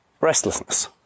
restlessness